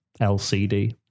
lcd